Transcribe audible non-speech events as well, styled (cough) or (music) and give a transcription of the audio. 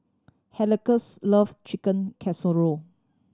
(unintelligible) love Chicken Casserole